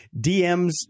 DMs